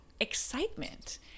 excitement